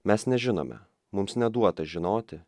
mes nežinome mums neduota žinoti